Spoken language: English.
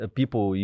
people